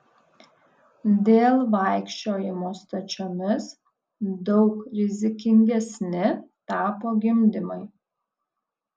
dėl vaikščiojimo stačiomis daug rizikingesni tapo gimdymai